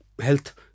Health